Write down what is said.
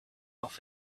off